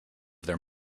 their